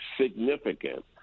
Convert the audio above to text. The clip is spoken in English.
significant